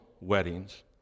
weddings